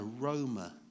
aroma